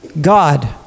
God